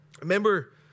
Remember